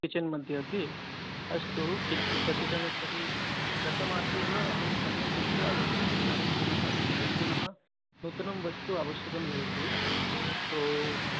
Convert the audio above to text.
kitchen मध्ये अपि अस्तु किञ्चित् कतिचन तर्हि गतमासे एव अहं सम्यक् कृत्वा आगतवान् इदानीं पुनः अस्ति चेत् पुनः नूतनं वस्तु आवश्यकम् भवति तो